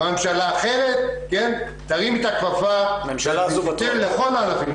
וממשלה אחרת תרים את הכפפה ותיתן לכל הענפים.